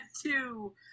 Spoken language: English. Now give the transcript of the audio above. two